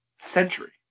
century